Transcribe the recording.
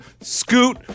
scoot